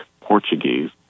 Portuguese